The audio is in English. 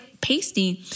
pasting